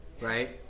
right